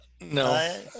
No